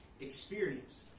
experience